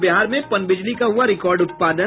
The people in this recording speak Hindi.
और बिहार में पनबिजली का हुआ रिकॉर्ड उत्पादन